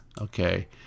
okay